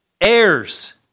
Heirs